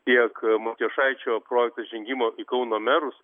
tiek matijošaičio projektas žengimo į kauno merus